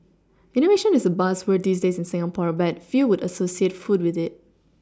innovation is a buzzword these days in Singapore but few would associate food with it